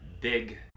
big